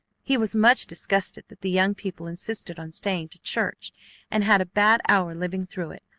he was much disgusted that the young people insisted on staying to church and had a bad hour living through it,